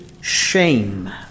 shame